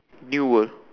you will